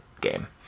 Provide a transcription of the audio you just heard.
game